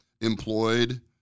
employed